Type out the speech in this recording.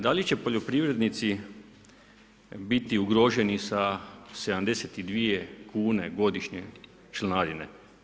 Da li će poljoprivrednici biti ugroženi sa 72 kn godišnje, članarine?